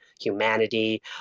humanity